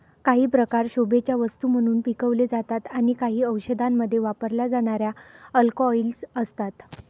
काही प्रकार शोभेच्या वस्तू म्हणून पिकवले जातात आणि काही औषधांमध्ये वापरल्या जाणाऱ्या अल्कलॉइड्स असतात